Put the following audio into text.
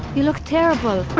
you look terrible! i